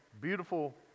beautiful